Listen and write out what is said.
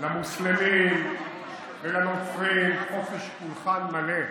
למוסלמים ולנוצרים, חופש פולחן מלא,